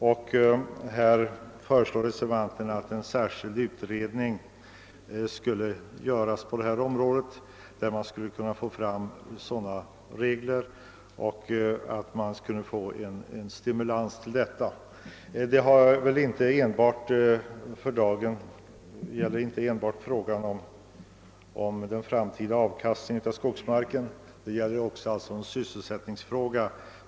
Reservanterna föreslår emellertid att en särskild utredning görs på detta område för att få fram regler som stimulerar till dikningsföretag. Det gäller här inte enbart den framtida avkastningen av skogsmark utan också en sysselsättningsfråga.